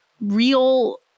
real